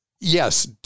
yes